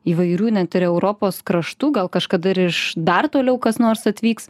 įvairių net ir europos kraštų gal kažkada ir iš dar toliau kas nors atvyks